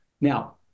Now